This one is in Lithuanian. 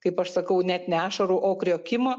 kaip aš sakau net ne ašarų o kriokimo